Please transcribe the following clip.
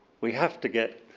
we have to get